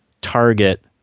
target